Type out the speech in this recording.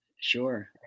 Sure